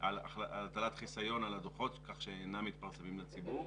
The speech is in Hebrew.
הטלת חיסיון על הדוחות כך שאינם מתפרסמים לציבור,